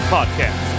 Podcast